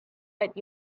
let